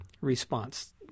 response